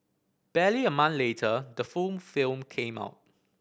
barely a month later the full film came out